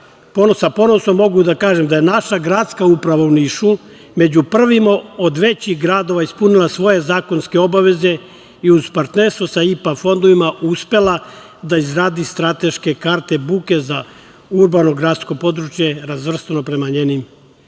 ponosom mogu da kažem da je naša gradska uprava u Nišu među prvima od većih gradova ispunila svoje zakonske obaveze i uz partnerstvo sa IPA fondovima uspela da izgradi strateške karte buke za urbano gradsko područje razvrstano prema njenim